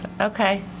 Okay